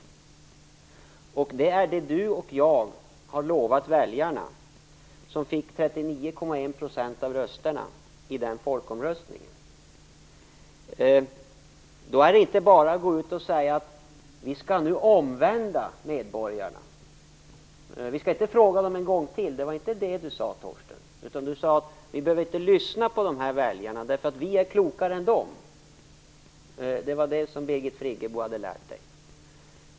Det har Torsten Gavelin och jag lovat väljarna och fick 39,1 % av rösterna i folkomröstningen. Då är det inte bara att säga att vi nu skall omvända medborgarna. Vi skall inte fråga dem en gång till, det sade Torsten Gavelin inte, utan han sade att vi inte behöver lyssna på väljarna därför att vi är klokare än de. Det var det som Birgit Friggebo hade lärt honom.